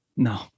no